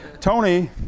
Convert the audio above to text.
Tony